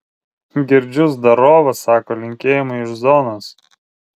girdžiu zdarova sako linkėjimai iš zonos